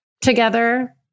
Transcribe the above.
together